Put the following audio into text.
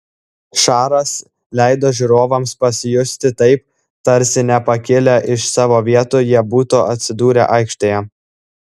šaras leido žiūrovams pasijusti taip tarsi nepakilę iš savo vietų jie būtų atsidūrę aikštėje